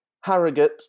Harrogate